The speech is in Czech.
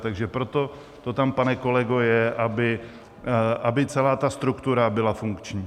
Takže proto to tam, pane kolego, je, aby celá ta struktura byla funkční.